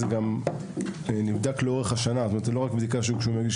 זו בדיקה שגם נעשית באופן רציף במהלך השנה ולא רק בקבלה לעבודה.